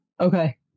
Okay